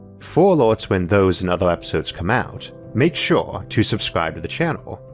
for alerts when those and other episodes come out, make sure to subscribe to the channel,